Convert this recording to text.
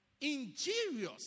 Injurious